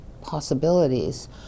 possibilities